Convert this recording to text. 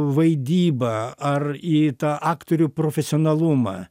vaidybą ar į tą aktorių profesionalumą